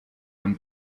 him